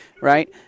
right